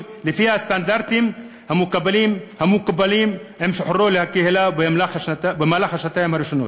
לפי הסטנדרטים המקובלים עם שחרורו לקהילה במהלך השנתיים הראשונות,